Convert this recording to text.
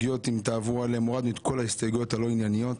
הורדנו את כל ההסתייגויות הלא ענייניות